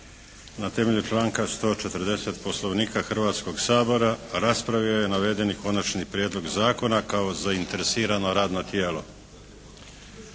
na temelju članka 140. Poslovnika Hrvatskoga sabora raspravio je navedeni konačni prijedlog zakona kao zainteresirano radno tijelo.